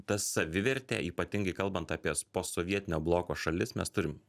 ta savivertė ypatingai kalbant apie posovietinio bloko šalis mes turim